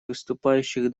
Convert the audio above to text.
выступающих